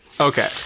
Okay